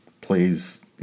plays